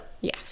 Yes